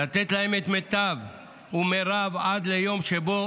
לתת להם את המיטב והמרב עד ליום שבו